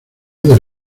del